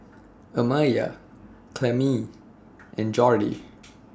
Amaya Clemmie and Jordy